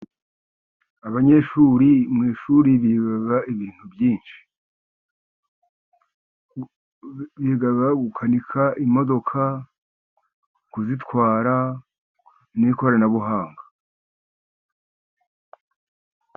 Abanyeshuri mu ishuri biga ibintu byinshi (biga gukanika imodoka, kuzitwara, n'ikoranabuhanga).